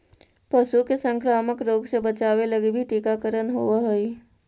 पशु के संक्रामक रोग से बचावे लगी भी टीकाकरण होवऽ हइ